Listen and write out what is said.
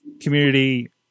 community